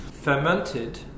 fermented